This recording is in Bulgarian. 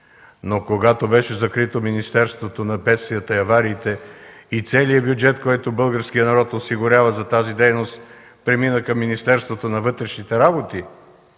Но когато беше закрито Министерството на бедствията и авариите и целият бюджет, който българският народ осигурява за тази дейност, премина към Министерството на вътрешните работи,